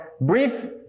brief